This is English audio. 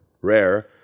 rare